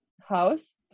house